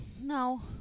No